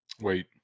Wait